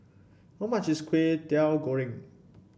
how much is Kway Teow Goreng